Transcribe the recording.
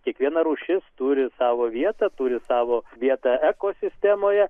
kiekviena rūšis turi savo vietą turi savo vietą ekosistemoje